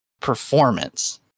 performance